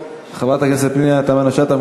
חברת הכנסת פנינה תמנו-שטה,